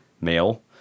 male